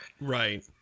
Right